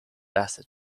acid